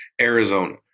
Arizona